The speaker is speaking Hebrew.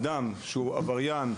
אדם שהוא עבריין,